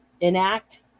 enact